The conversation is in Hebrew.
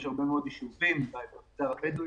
יש הרבה מאוד ישובים, למשל בכפרים הבדואים,